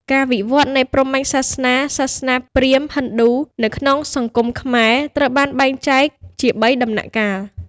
ការវិវឌ្ឍន៍នៃព្រហ្មញ្ញសាសនា សាសនាព្រាហ្មណ៍–ហិណ្ឌូ នៅក្នុងសង្គមខ្មែរត្រូវបានបែងចែកជាបីដំណាក់កាល។